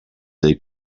they